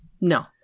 No